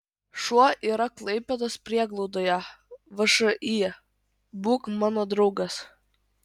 šuo yra klaipėdos prieglaudoje všį būk mano draugas